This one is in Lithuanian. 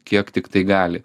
kiek tiktai gali